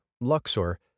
Luxor